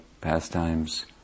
pastimes